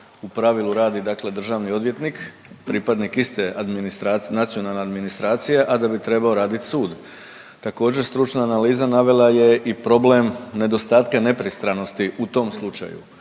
u pravilu radi, dakle državni odvjetnik, pripadnik iste nacionalne administracije, a da bi trebao raditi sud. Također stručna analiza navela je i problem nedostatka nepristranosti u tom slučaju.